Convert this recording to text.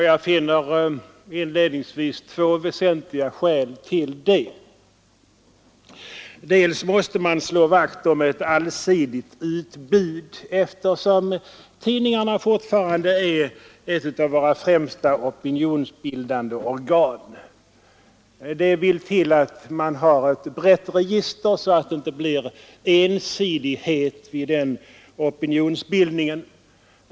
Jag finner inledningsvis två väsentliga skäl till det. Man måste slå vakt om ett allsidigt utbud, eftersom tidningarna fortfarande är ett av våra främsta opinionsbildande organ. Det vill till att man har ett brett register så att det inte blir ensidighet i den opinionsbildningen.